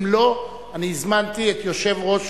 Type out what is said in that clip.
אם לא, אני הזמנתי את יושב-ראש